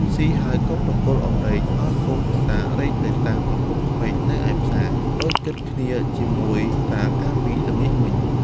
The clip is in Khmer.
ស៊ីហើយក៏ប្រគល់អំរែកឱ្យកូនប្រសារែកទៅតាមឪពុកក្មេកនៅឯផ្សារ ដូចគិតគ្នាជាមួយតាកាលពីល្ងាចមិញ។